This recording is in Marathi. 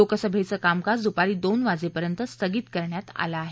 लोकसभेचं कामकाज दुपारी दोन वाजेपर्यंत स्थगित करण्यात आलं आहे